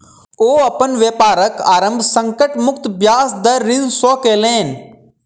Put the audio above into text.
ओ अपन व्यापारक आरम्भ संकट मुक्त ब्याज दर ऋण सॅ केलैन